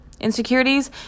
insecurities